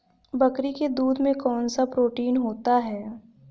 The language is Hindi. बकरी के दूध में कौनसा प्रोटीन होता है?